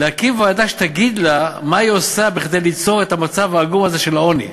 להקים ועדה שתגיד לה מה היא עושה כדי ליצור את המצב העגום הזה של העוני.